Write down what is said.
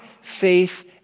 faith